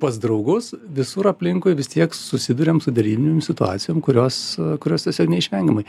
pas draugus visur aplinkui vis tiek susiduriam su derybinėm situacijom kurios kurios tiesiog neišvengiamai